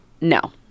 no